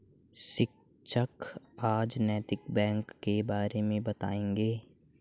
शिक्षक आज नैतिक बैंक के बारे मे बताएँगे